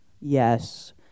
Yes